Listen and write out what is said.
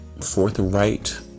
forthright